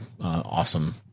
awesome